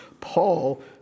Paul